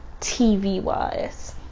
TV-wise